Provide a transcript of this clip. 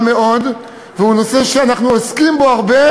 מאוד והוא נושא שאנחנו עוסקים בו הרבה,